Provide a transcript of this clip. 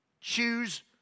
Choose